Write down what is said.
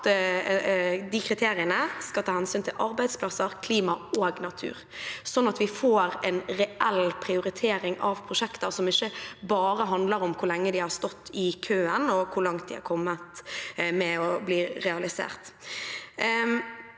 de kriteriene skal ta hensyn til arbeidsplasser, klima og natur, sånn at vi får en reell prioritering av prosjekter som ikke bare handler om hvor lenge de har stått i køen, og hvor langt de har kommet i å bli realisert.